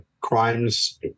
crimes